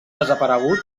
desaparegut